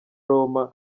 roma